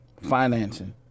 financing